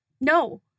No